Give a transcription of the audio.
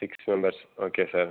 six members okay sir